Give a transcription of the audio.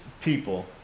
people